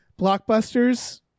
blockbusters